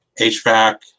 HVAC